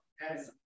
Yes